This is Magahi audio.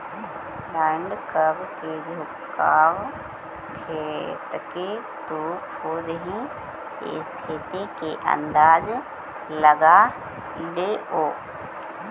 यील्ड कर्व के झुकाव देखके तु खुद ही स्थिति के अंदाज लगा लेओ